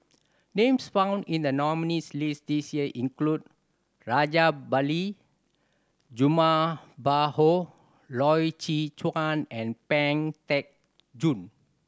names found in the nominees' list this year include Rajabali Jumabhoy Loy Chye Chuan and Pang Teck Joon